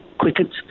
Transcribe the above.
Quicket